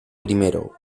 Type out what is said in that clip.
primero